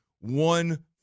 one